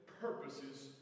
purposes